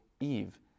Eve